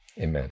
amen